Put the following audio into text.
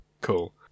Cool